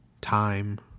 time